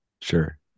Sure